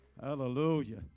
Hallelujah